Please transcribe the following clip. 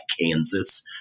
Kansas